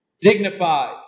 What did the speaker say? dignified